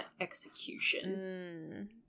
execution